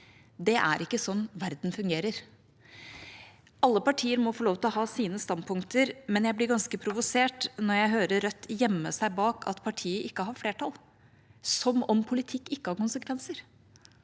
Det er ikke sånn verden fungerer. Alle partier må få lov til å ha sine standpunkter, men jeg blir ganske provosert når jeg hører Rødt gjemme seg bak at partiet her ikke har flertall – som om politikk ikke har konsekvenser.